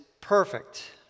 perfect